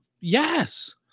Yes